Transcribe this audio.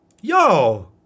Yo